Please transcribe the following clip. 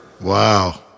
Wow